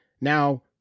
Now